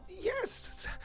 Yes